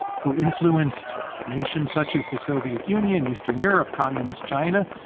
who influenced nations such as the soviet union, eastern europe, communist china,